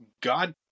God